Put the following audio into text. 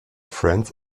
friends